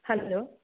hello